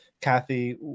Kathy